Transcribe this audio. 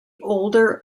older